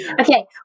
Okay